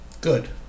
good